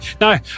No